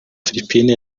philippines